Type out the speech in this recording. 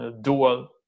dual